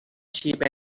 sheep